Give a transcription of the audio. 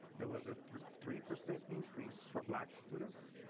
there was a three three percent increase for black students,